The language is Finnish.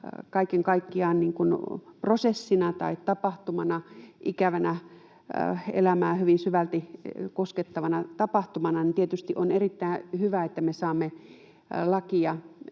kaiken kaikkiaan prosessina tai tapahtumana, ikävänä, elämää hyvin syvälti koskettava tapahtumana, niin tietysti on erittäin hyvä, että me saamme lain,